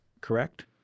correct